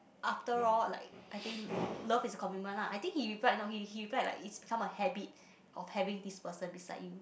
after all like I think love is commitment lah I think he reply not he he reply like it's become a habit of having this person beside you